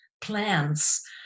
plants